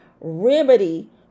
remedy